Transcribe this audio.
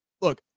look